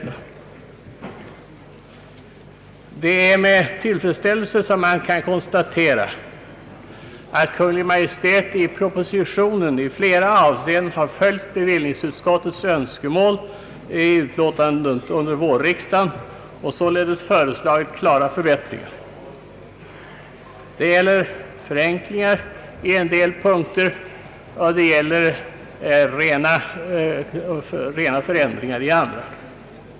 Man konstaterar med tillfredsställelse att Kungl. Maj:t i propositionen i flera avseenden har följt bevillningsutskottets önskemål i utskottets betänkande under vårriksdagen och sålunda föreslagit klara förbättringar; i en del punkter förenklingar, i andra rena förändringar.